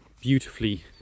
beautifully